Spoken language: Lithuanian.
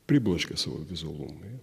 pribloškia savo vizualumu ir